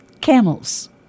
Camels